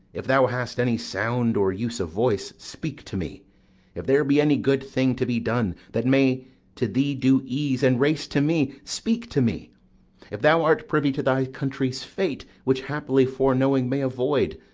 if thou hast any sound, or use of voice, speak to me if there be any good thing to be done, that may to thee do ease, and, race to me, speak to me if thou art privy to thy country's fate, which, happily, foreknowing may avoid,